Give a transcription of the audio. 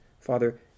Father